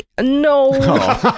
No